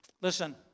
Listen